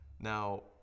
Now